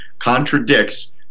contradicts